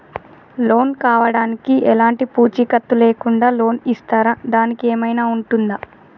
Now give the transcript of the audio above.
Loan కావడానికి ఎలాంటి పూచీకత్తు లేకుండా లోన్ ఇస్తారా దానికి ఏమైనా ఉంటుందా?